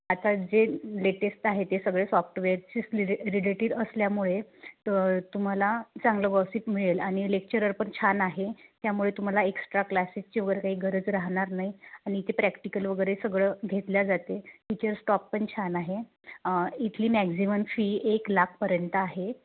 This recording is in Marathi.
आता जे लेटेस्ट आहे ते सगळे सॉफ्टवेअरचे रिले रिलेटेड असल्यामुळे त तुम्हाला चांगलं गॉसिप मिळेल आणि लेक्चरर पण छान आहे त्यामुळे तुम्हाला एक्स्ट्रा क्लासेसचे वगैरे काही गरज राहणार नाही आणि ते प्रॅक्टिकल वगैरे सगळं घेतल्या जाते टीचर स्टॉप पण छान आहे इथली मॅक्झिमम फी एक लाखापर्यंत आहे